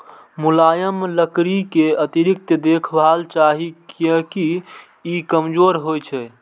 मुलायम लकड़ी कें अतिरिक्त देखभाल चाही, कियैकि ई कमजोर होइ छै